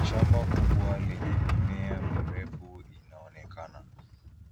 Shamba kubwa yenye mimea mirefu inaonekana.